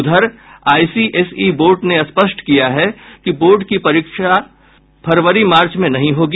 उधर ICSE board ने स्पष्ट किया है कि बोर्ड की बार्षिक परीक्षा फरवरी मार्च में नहीं होगी